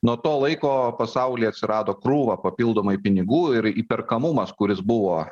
nuo to laiko pasaulyje atsirado krūva papildomai pinigų ir įperkamumas kuris buvo